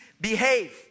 behave